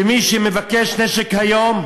שמי שמבקש נשק היום,